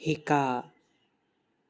শিকা